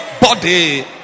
body